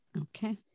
Okay